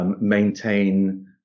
Maintain